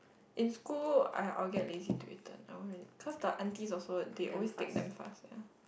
in school I I'll get lazy to return I won't really cause the aunties also they always take damn fast